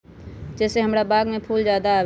जे से हमार बाग में फुल ज्यादा आवे?